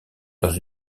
dans